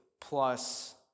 plus